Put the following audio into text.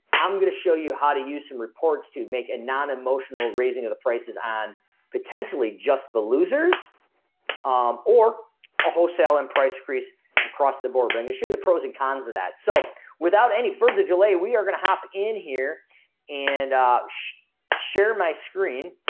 i'm gonna show you how to use some reports to make a non emotional raising of the prices on potentially just the losers um or a wholesale and price increase across the board. i'm show you the pros and cons of that so without any further delay we are gonna hop in here and ah share my screen.